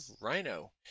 Rhino